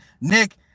Nick